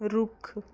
ਰੁੱਖ